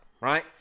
right